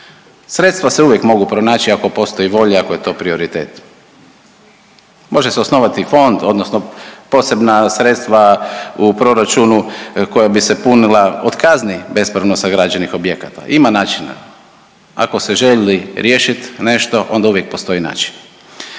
Sredstva se uvijek mogu pronaći ako postoji volja, ako je to prioritet. Može se osnovati i fond, odnosno posebna sredstva u proračunu koja bi se punila od kazni bespravno sagrađenih objekata. Ima načina. Ako se želi riješiti nešto, onda uvijek postoji način.